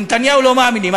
לנתניהו לא מאמינים,